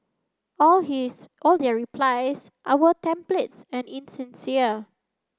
all his all their replies are were templates and insincere